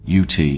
UT